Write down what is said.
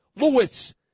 Lewis